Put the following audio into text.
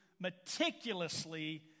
meticulously